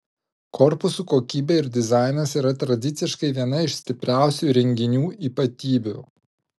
korpusų kokybė ir dizainas yra tradiciškai viena iš stipriausių įrenginių ypatybių